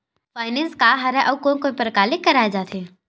Finance का हरय आऊ कोन कोन प्रकार ले कराये जाथे?